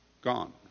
gone